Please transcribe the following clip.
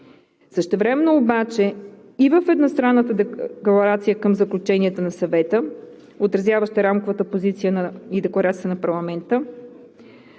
Същевременно обаче и в едностранната декларация към заключенията на Съвета, отразяваща рамковата позиция и Декларацията на парламента,